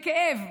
בכאב.